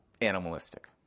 animalistic